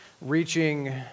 Reaching